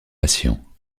patients